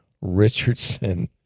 Richardson